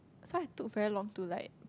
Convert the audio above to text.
so I took very long to like